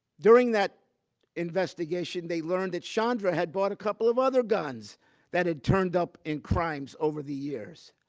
during that investigation, they learned that chandra had bought a couple of other guns that had turned up in crimes over the years.